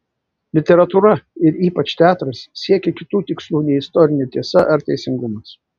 literatūra ir ypač teatras siekia kitų tikslų nei istorinė tiesa ar teisingumas